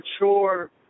mature